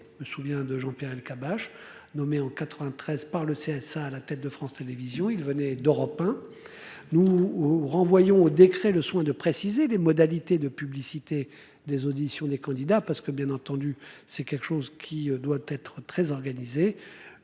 Je me souviens de Jean-Pierre Elkabbach. Nommé en 93 par le CSA à la tête de France Télévisions, ils venaient d'Europe 1. Nous vous renvoyons au décret le soin de préciser les modalités de publicité des auditions des candidats parce que bien entendu, c'est quelque chose qui doit être très organisé.